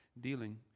dealing